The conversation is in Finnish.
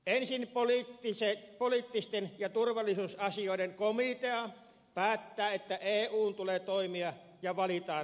ensin poliittisten ja turvallisuusasioiden komitea päättää että eun tulee toimia ja valitaan lähtijäjaosto